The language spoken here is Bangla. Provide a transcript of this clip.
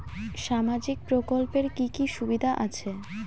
সামাজিক প্রকল্পের কি কি সুবিধা আছে?